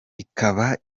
ikaba